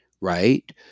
right